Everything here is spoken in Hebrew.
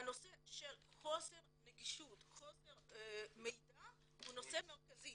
הנושא של חוסר נגישות וחוסר מידע הוא נושא מרכזי.